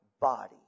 body